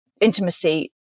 Intimacy